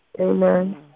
Amen